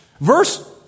verse